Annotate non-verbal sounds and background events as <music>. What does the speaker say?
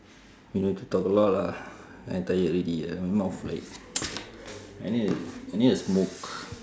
you need to talk a lot ah I tired already my mouth like <breath> I need a I need a smoke